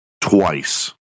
twice